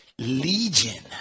legion